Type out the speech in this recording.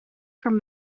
from